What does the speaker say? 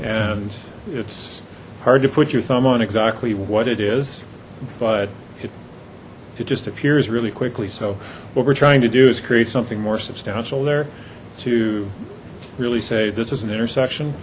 and it's hard to put your thumb on exactly what it is but it it just appears really quickly so what we're trying to do is create something more substantial there to really say this is an intersection